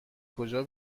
کجا